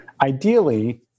Ideally